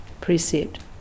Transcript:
precept